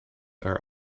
are